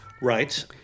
Right